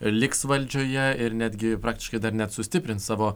liks valdžioje ir netgi praktiškai dar net sustiprins savo